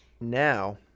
Now